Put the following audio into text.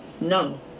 No